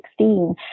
2016